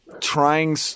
trying